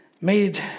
made